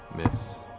miss,